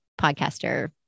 podcaster